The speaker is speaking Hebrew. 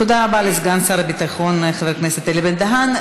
תודה רבה לסגן שר הביטחון אלי בן-דהן.